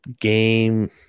game